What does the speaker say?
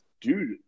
dude